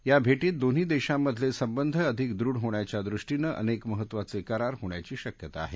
या भेटीत दोन्ही देशांमधले संबंध अधिक दृढ होण्याच्या दृष्टीनं अनेक महत्वाचे करार होण्याची शक्यता आहे